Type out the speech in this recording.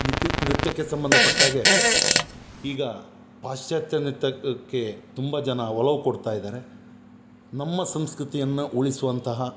ನೃತ್ಯ ನೃತ್ಯಕ್ಕೆ ಸಂಬಂಧಪಟ್ಟಾಗೆ ಈಗ ಪಾಶ್ಚಾತ್ಯ ನೃತ್ಯಕ್ಕೆ ತುಂಬ ಜನ ಒಲವು ಕೊಡ್ತ ಇದ್ದಾರೆ ನಮ್ಮ ಸಂಸ್ಕೃತಿಯನ್ನು ಉಳಿಸುವಂತಹ